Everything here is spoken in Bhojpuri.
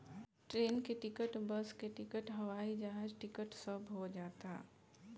ट्रेन के टिकट, बस के टिकट, हवाई जहाज टिकट सब हो जाता